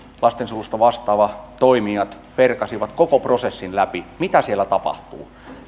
lastensuojelusta vastaavat toimijat perkasivat koko prosessin läpi mitä siellä tapahtuu